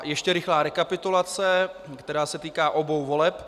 Ještě rychlá rekapitulace, která se týká obou voleb.